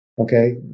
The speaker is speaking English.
okay